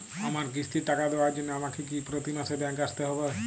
আমার কিস্তির টাকা দেওয়ার জন্য আমাকে কি প্রতি মাসে ব্যাংক আসতে হব?